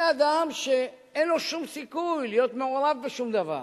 זה אדם שאין לו שום סיכוי להיות מעורב בשום דבר.